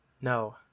No